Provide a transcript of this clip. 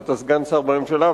אתה סגן שר בממשלה,